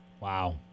Wow